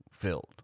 filled